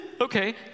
Okay